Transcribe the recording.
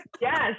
Yes